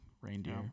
reindeer